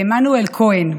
עמנואל כהן,